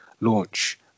launch